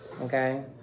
Okay